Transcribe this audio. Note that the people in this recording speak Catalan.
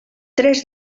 tres